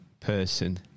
person